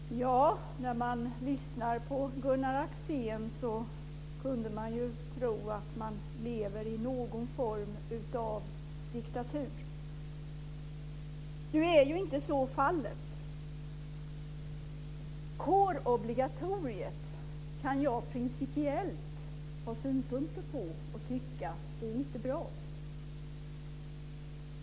Herr talman! När man lyssnar på Gunnar Axén kan man tro att man lever i någon form av diktatur. Nu är ju så inte fallet. Jag kan ha principiella synpunkter på kårobligatoriet och tycka att det inte är bra.